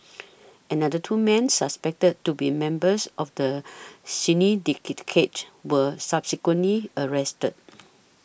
another two men's suspected to be members of the were subsequently arrested